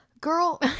girl